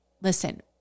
Listen